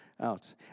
out